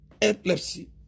epilepsy